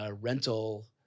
rental